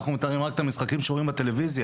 אנחנו מתארים רק את המשחקים שרואים בטלוויזיה.